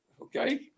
okay